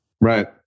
Right